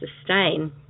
sustain